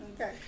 Okay